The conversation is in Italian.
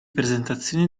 presentazione